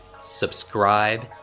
subscribe